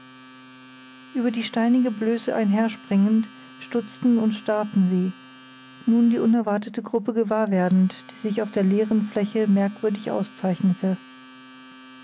über die steinige blöße einhersprengend stutzten und starrten sie nun die unerwartete gruppe gewahr werdend die sich auf der leeren fläche merkwürdig auszeichnete